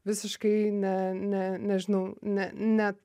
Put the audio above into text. visiškai ne ne nežinau ne ne